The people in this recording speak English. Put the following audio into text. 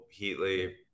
Heatley